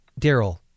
Daryl